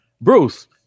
bruce